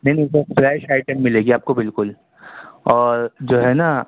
نہیں نہیں sir fresh item ملے گی بالکل اور جو ہے نا